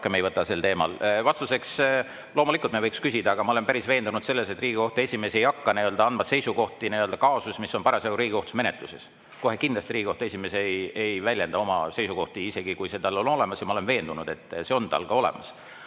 Vastuseks: loomulikult me võiks küsida, aga ma olen päris veendunud selles, et Riigikohtu esimees ei hakka andma seisukohti kaasuses, mis on parasjagu Riigikohtus menetluses. Kohe kindlasti Riigikohtu esimees ei väljenda oma seisukohti, isegi kui tal need olemas on, ja ma olen veendunud, et need on tal ka olemas.